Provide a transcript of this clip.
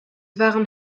waren